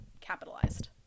capitalized